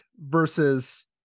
versus